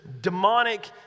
demonic